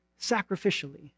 sacrificially